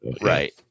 Right